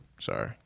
Sorry